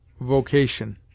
vocation